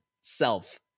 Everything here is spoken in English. Self